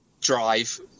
drive